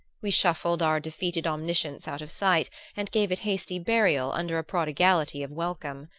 we shuffled our defeated omniscience out of sight and gave it hasty burial under a prodigality of welcome.